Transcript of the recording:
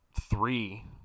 three